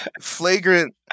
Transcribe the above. flagrant